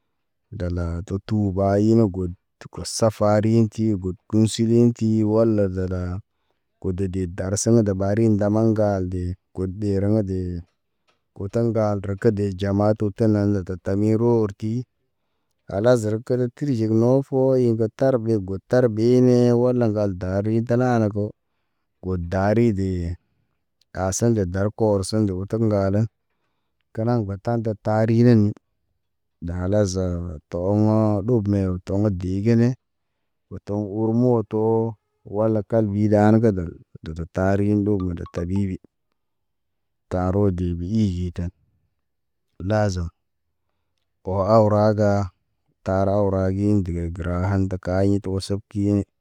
Dala da tuu ba hi ne god tuk safa ri hinti gun si llindi wala zala, gode de darseŋ de ɓari ndama ŋgal de, god ɗeraŋ ɗe. Oto ŋgal reke de jama to tel tami ror ti, halak zar kere tri zeg no fo, po iŋge ɓe go ta. Tar ɓe nee wala ŋgal da ri ta nana ko, go dari de ka seŋ de dar kor seŋ de otek ŋgalen. Kelaŋ batan da tarihen, da laza tɔŋɔ ɗub me o to̰ de gine, otɔŋ ur moto. Wala kal ɓi ɗan ke del dodo tari ndogo ne talibi, tarɔ de ɓe ijiten lazan. Wɔ aw raga, taraw ra giŋ ndigi gəra hand ka yingo To seb kine.